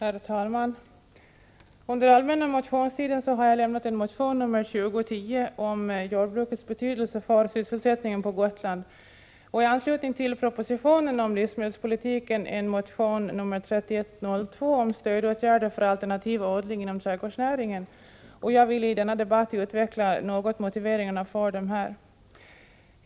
Herr talman! Under allmänna motionstiden har jag avlämnat en motion, nr 2010, om jordbrukets betydelse för sysselsättningen på Gotland, och i anslutning till propositionen om livsmedelspolitiken en motion nr 3102, om stödåtgärder för alternativ odling inom trädgårdsnäringen, och jag vill i denna debatt något utveckla motiveringar för dessa.